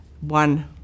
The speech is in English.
one